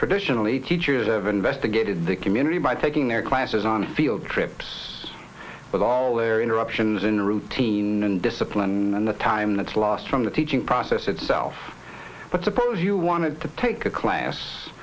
traditionally teachers have investigated the community by taking their classes on field trips with all their interruptions in routine and discipline and the time that's lost from the teaching process itself but suppose you wanted to take a class